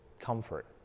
comfort